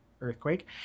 earthquake